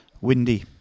Windy